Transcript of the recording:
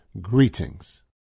Greetings